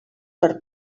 per